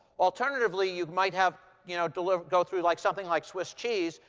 alternatively, you might have you know delivered go through like something like swiss cheese,